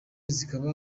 zikaba